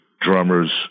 drummers